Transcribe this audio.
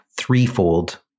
threefold